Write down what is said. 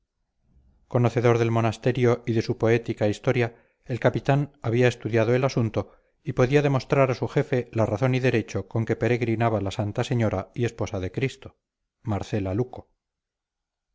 conocedor del monasterio y de su poética historia el capitán había estudiado el asunto y podía demostrar a su jefe la razón y derecho con que peregrinaba la santa señora y esposa de cristo marcela luco